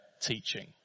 teaching